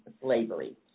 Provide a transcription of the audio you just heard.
slavery